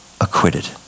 acquitted